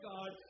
God